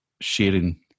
sharing